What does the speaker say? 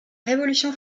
révolution